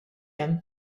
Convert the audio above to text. hemm